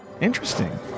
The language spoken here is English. Interesting